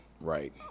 right